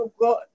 god